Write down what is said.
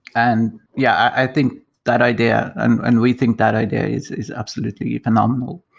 and yeah, i think that idea and and we think that idea is is absolutely phenomenal.